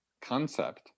concept